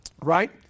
right